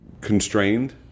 constrained